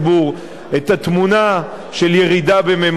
את התמונה של ירידה בממדי האבטלה,